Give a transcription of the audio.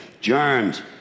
Germs